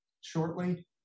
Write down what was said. Shortly